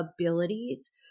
abilities